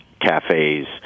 cafes